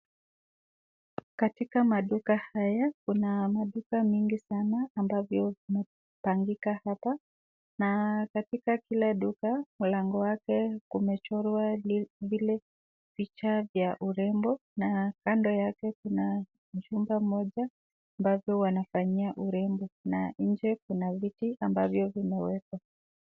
Katika maduka haya kuna maduka mingi sana ambavyo imepangika hapa na katika kila duka mlango wake kumechorwa zile picha ya urembo na kando yake kuna jumba moja ambavyo wanafanyia urembo na nje kuna viti ambavyo vimewekwa.